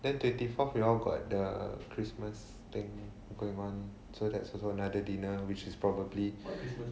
then twenty fourth you all got the christmas thing going on so that's also another dinner which is probably